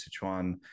Sichuan